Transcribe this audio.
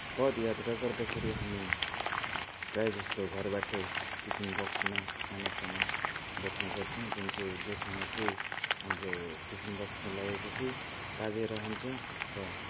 पदयात्रा गर्दाखेरि हामी प्रायःजस्तो घरबाटै टिफिन बक्समा खानासाना बोक्ने गर्छौँ जुन चाहिँ जो खाना चाहिँ हाम्रो टिफिन बक्समा लाएपछि ताजै रहन्छ र